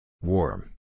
Warm